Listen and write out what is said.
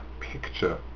picture